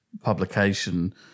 publication